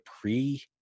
pre